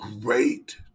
great